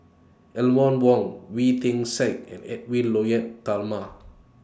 Eleanor Wong Wee Tian Siak and Edwy Lyonet Talma